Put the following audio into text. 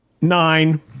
Nine